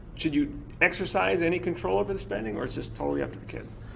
should you exercise any control over the spending, or it's just totally up to the kids?